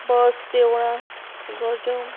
बस देवळां इगर्ज्यो